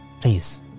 Please